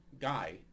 guy